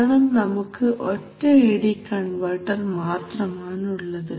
കാരണം നമുക്ക് ഒറ്റ എ ഡി കൺവെർട്ടർ മാത്രമാണ് ഉള്ളത്